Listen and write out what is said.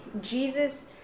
Jesus